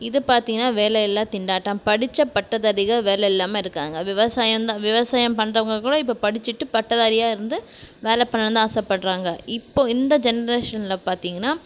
இது பார்த்திங்ன்னா வேலையில்லா திண்டாட்டம் படித்த பட்டதாரிகள் வேலை இல்லாமல் இருக்காங்க விவசாயம் தான் விவசாயம் பண்ணுறவங்க கூட இப்போ படிச்சுட்டு பட்டதாரியாக இருந்து வேலை பண்ணணும்தான் ஆசை படுகிறாங்க இப்போது இந்த ஜென்ரேஷனில் பார்த்திங்ன்னா